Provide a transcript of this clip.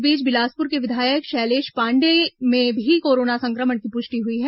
इस बीच बिलासपुर के विधायक शैलेष पांडेय में भी कोरोना संक्रमण की पुष्टि हुई है